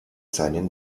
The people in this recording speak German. seinen